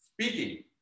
speaking